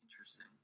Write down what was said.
Interesting